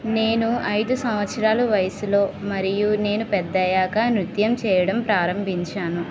నేను ఐదు సంవత్సరాలు వయసులో మరియు నేను పెద్దయ్యాక నృత్యం చేయడం ప్రారంభించాను